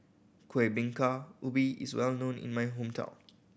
Kuih Bingka Ubi is well known in my hometown